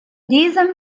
diesem